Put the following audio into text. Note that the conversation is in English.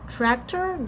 ?Tractor